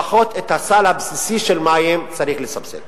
לפחות את הסל הבסיסי של מים צריך לסבסד.